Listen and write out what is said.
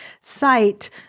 site